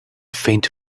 faint